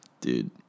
dude